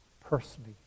Personally